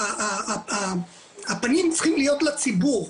הפנים צריכים להיות לציבור.